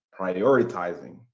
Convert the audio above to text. prioritizing